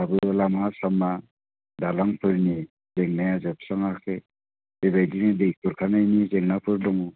दाबो लामा सामा दालांफोरनि जेंनाया जोबस्राङाखै बेबायदिनो दै खुरखानायनि जेंनाफोर दङ